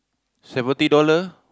seventy dollar